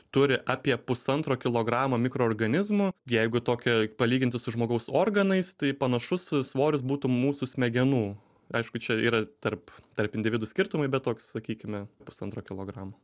turi apie pusantro kilogramo mikroorganizmų jeigu tokia palyginti su žmogaus organais tai panašus svoris būtų mūsų smegenų aišku čia yra tarp tarp individų skirtumai bet toks sakykime pusantro kilogramo